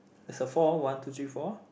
there's a four one two three four